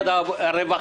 במשרד הרווחה.